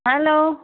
hello